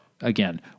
Again